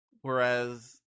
Whereas